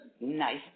nice